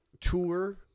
tour